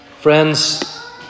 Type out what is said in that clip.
Friends